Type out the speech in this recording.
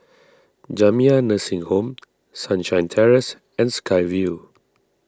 Jamiyah Nursing Home Sunshine Terrace and Sky Vue